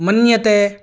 मन्यते